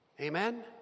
Amen